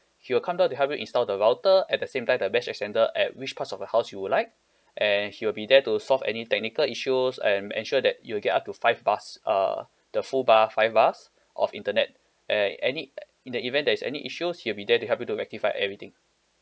he will come down to help you install the router at the same time the mesh extender at which parts of your house you would like and he will be there to solve any technical issues and ensure that you'll get up to five bars uh the full bar five bars of internet and any in the event there's any issues he'll be there to help you to rectify everything